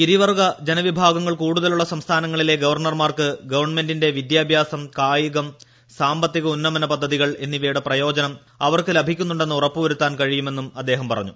ഗിരിവർഗ്ഗ ജനവിഭാഗങ്ങൾ കൂടുതലുളള സംസ്ഥാനങ്ങളിലെ ഗവർണർമാർക്ക് ഗവൺമെന്റിന്റെ വിദ്യാഭ്യാസം കായികം സാമ്പത്തിക ഉന്നമനപദ്ധതികൾ എന്നിവയുടെ പ്രയോജനം അവർക്ക് ലഭിക്കുന്നു ന്ന് ഉറപ്പുവരുത്താൻ കഴിയുമെന്നും അദ്ദേഹം പറഞ്ഞു